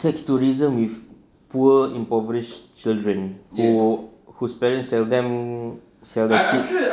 sex tourism with poor impoverished children who whose parents sell them sell the kids